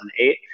2008